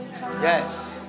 Yes